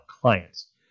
clients